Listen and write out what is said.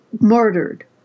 murdered